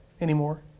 anymore